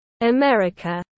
America